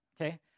Okay